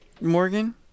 Morgan